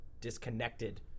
disconnected